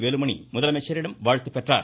வேலுமணி முதலமைச்சரிடம் வாழ்த்து பெற்றார்